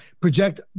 Project